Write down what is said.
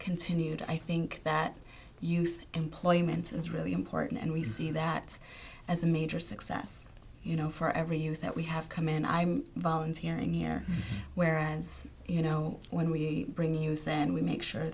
continued i think that youth employment is really important and we see that as a major success you know for every youth that we have come in i'm volunteering year where as you know when we bring you thing we make sure